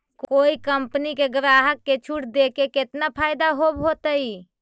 कोई कंपनी के ग्राहक के छूट देके केतना फयदा होब होतई?